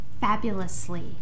Fabulously